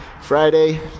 Friday